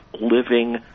living